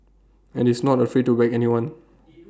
and is not afraid to whack everyone